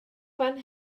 fan